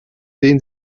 den